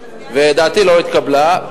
דעתי לא התקבלה,